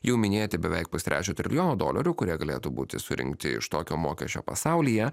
jau minėti beveik pustrečio trilijono dolerių kurie galėtų būti surinkti iš tokio mokesčio pasaulyje